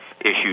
issues